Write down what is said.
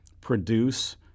produce